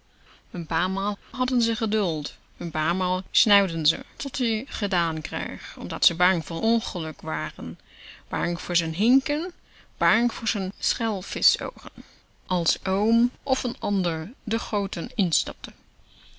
n paar maal hadden ze geduld n paar maal snauwden ze tot-ie gedaan kreeg omdat ze bang voor n ongeluk waren bang voor z'n hinken bang voor z'n schelvischoogen als oom of n ander de goten in